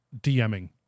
DMing